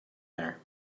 there